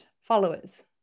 followers